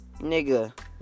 nigga